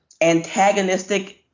antagonistic